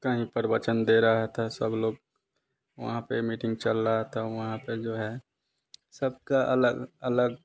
कहीं प्रवचन दे रहा था सब लोग वहाँ पर मीटिंग चल रहा था वहाँ पर जो है सबका अलग अलग